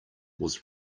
was